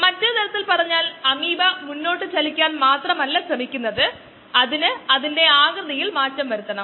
മൊത്തം കോശങ്ങളുടെ സാന്ദ്രത പ്രൊഫൈലിൽ ഇത് വളരെക്കാലം കാണിക്കില്ല